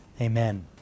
Amen